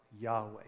Yahweh